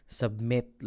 submit